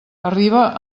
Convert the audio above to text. arriba